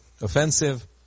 offensive